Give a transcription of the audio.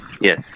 yes